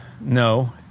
no